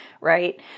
right